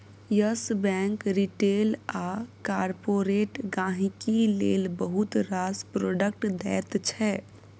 yes Bank retail आ corporate गांहिकी लेल बहुत रास प्रोडक्ट दैत छै